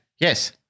Yes